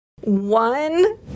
one